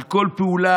על כל פעולה,